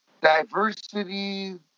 diversity